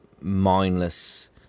mindless